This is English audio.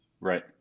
Right